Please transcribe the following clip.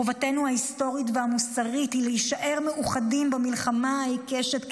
חובתנו ההיסטורית והמוסרית היא להישאר מאוחדים במלחמה העיקשת כנגדה.